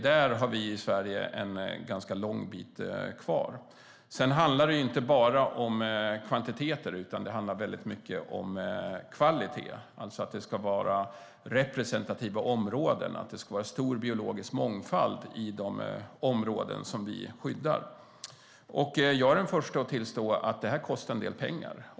Där har vi i Sverige en ganska lång bit kvar. Sedan handlar det inte bara om kvantiteter, utan det handlar mycket om kvalitet, alltså att det ska vara representativa områden - att det ska vara stor biologisk mångfald i de områden vi skyddar. Jag är den första att tillstå att detta kostar en del pengar.